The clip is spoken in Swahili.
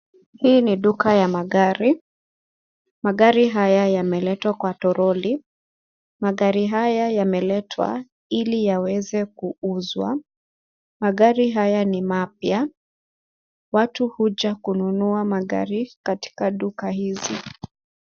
Hii ni duka ya magari. Magari haya yameletwa kwa toroli. Magari haya yameletwa ili yaweze kuuzwa. Magari haya ni mapya. Watu huja kununua magari katika duka hizi.